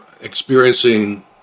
experiencing